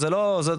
אז זו לא הדרך.